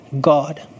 God